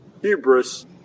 hubris